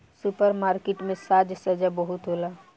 super market में साज सज्जा बहुते होला